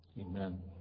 Amen